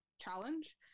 challenge